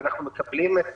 אנחנו מקבלים את